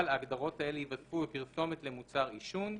להגדרות האלה יתווספו: "פרסומת למוצר עישון",